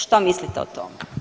Što mislite o tome?